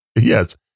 Yes